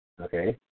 okay